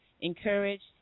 encouraged